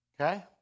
Okay